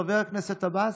חבר הכנסת עבאס,